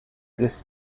this